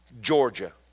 Georgia